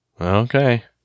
okay